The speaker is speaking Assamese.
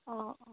অ'